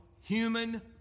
human